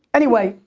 anyway